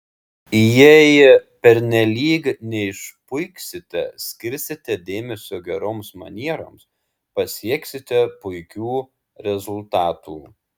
jei pernelyg neišpuiksite skirsite dėmesio geroms manieroms pasieksite puikių rezultatų